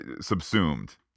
subsumed